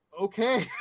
okay